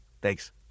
Thanks